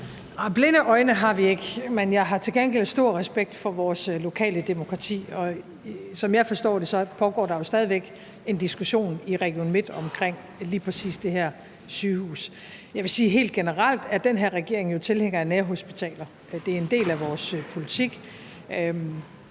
blinde øjne har vi ikke. Jeg har til gengæld stor respekt for vores lokale demokrati, og som jeg forstår det, pågår der jo stadig væk en diskussion i Region Midtjylland omkring lige præcis det her sygehus. Jeg vil sige, at helt generelt er den her regering jo tilhænger af nærhospitaler. Det er en del af vores politik,